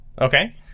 Okay